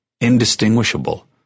indistinguishable